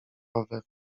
rower